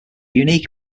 unique